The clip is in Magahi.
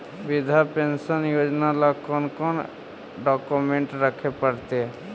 वृद्धा पेंसन योजना ल कोन कोन डाउकमेंट रखे पड़तै?